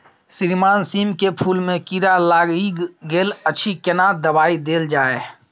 श्रीमान सीम के फूल में कीरा लाईग गेल अछि केना दवाई देल जाय?